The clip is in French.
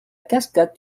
cascade